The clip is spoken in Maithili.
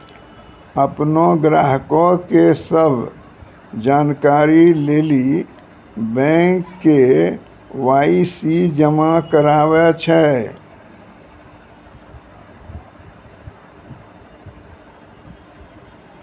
अपनो ग्राहको के सभ जानकारी लेली बैंक के.वाई.सी जमा कराबै छै